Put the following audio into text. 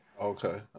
Okay